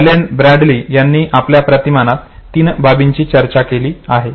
Allan Bradley यांनी आपल्या प्रतिमांनात तीन बाबींची चर्चा केली आहे